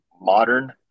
modern